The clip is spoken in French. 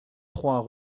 trois